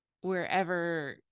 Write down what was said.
wherever